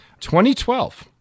2012